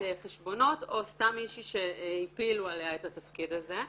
החשבונות או סתם מישהו שהפילו עליה את התפקיד הזה.